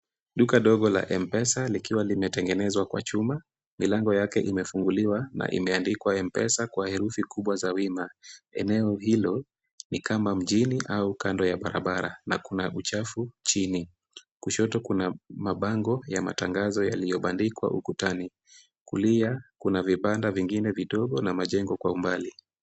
Duka dogo la M-pesa, likiwa limetengenezwa kwa chuma. Milango yake imefunguliwa na imeandikwa M-pesa kwa herufi kubwa za wima. Eneo hilo ni kama mjini, au kando ya barabara, na kuna uchafu chini. Kushoto kuna mabango ya matangazo, yakiyobandikwa ukutani. Kulia, kuna vibanda vingine vidogo, na majengo kwa umbali.